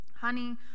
Honey